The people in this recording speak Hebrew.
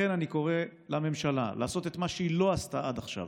לכן אני קורא לממשלה לעשות את מה שהיא לא עשתה עד עכשיו: